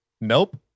Nope